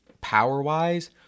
power-wise